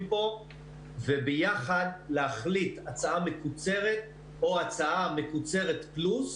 פה וביחד להחליט הצעה מקוצרת או הצעה מקוצרת פלוס,